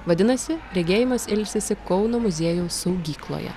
vadinasi regėjimas ilsisi kauno muziejaus saugykloje